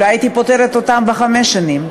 אולי הייתי פוטרת אותן חמש שנים,